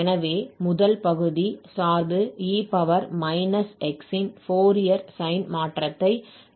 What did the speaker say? எனவே முதல் பகுதி சார்பு e−x ன் ஃபோரியர் சைன் மாற்றத்தை நாம் கண்டுபிடிக்க வேண்டும்